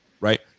right